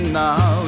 now